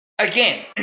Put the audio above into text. again